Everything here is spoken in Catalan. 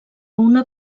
una